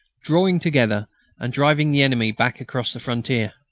drawing together and driving the enemy back across the frontier.